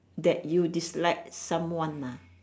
that you dislike someone ah